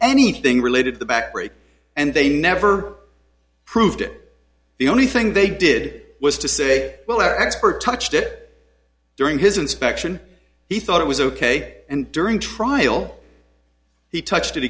anything related to the back brake and they never proved it the only thing they did was to say well our expert touched it during his inspection he thought it was ok and during trial he touched it